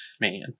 Man